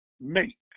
make